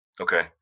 Okay